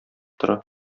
тора